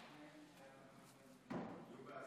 להלן תוצאות